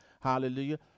hallelujah